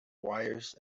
wires